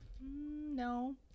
No